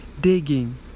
digging